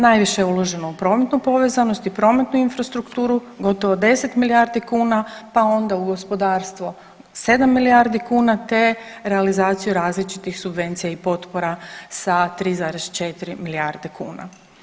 Najviše je uloženo u prometnu povezanost i prometnu infrastrukturu gotovo 10 milijardi kuna, pa onda u gospodarstvo 7 milijardi kuna, te realizaciju različitih subvencija i potpora sa 3,4 milijarde kuna.